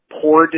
poor